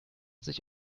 sich